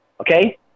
okay